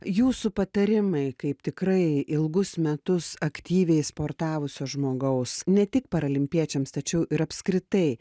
jūsų patarimai kaip tikrai ilgus metus aktyviai sportavusio žmogaus ne tik paralimpiečiams tačiau ir apskritai